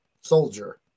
soldier